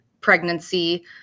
pregnancy